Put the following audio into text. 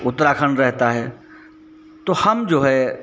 उत्तराखंड रहता है तो हम जो है